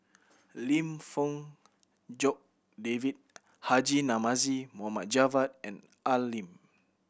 Lim Fong Jock David Haji Namazie Mohd Javad and Al Lim